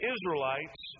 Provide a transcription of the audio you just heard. Israelites